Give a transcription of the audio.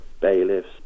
bailiffs